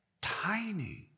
Tiny